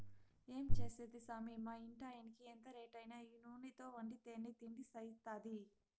ఏం చేసేది సామీ మా ఇంటాయినకి ఎంత రేటైనా ఈ నూనెతో వండితేనే తిండి సయిత్తాది